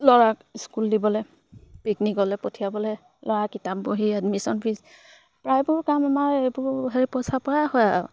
ল'ৰাক স্কুল দিবলৈ পিকনিকলৈ পঠিয়াবলৈ ল'ৰাৰ কিতাপ বহী এডমিশ্যন ফিজ প্ৰায়বোৰ কাম আমাৰ এইবোৰ হেৰি পইচা পৰাই হয় আৰু